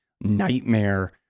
nightmare